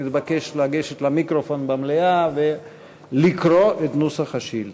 לגשת למיקרופון במליאה ולקרוא את נוסח השאילתה.